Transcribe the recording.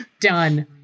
Done